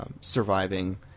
surviving